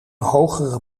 hogere